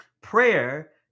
Prayer